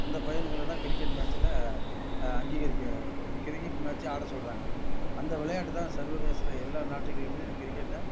அந்த பையன்களை தான் கிரிக்கெட் மேட்ச்சில் அங்கீகரிக்க கிரிக்கெட் மேட்ச் ஆட சொல்கிறாங்க அந்த விளையாட்டு தான் சர்வதேசத்தில் எல்லா நாட்டுகள்லையுமே கிரிக்கெட்டை